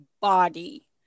body